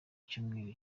icyumweru